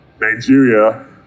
Nigeria